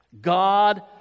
God